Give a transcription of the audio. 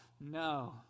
No